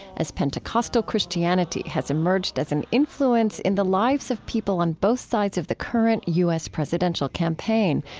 as pentecostal christianity has emerged as an influence in the lives of people on both sides of the current u s. presidential campaign,